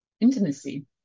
intimacy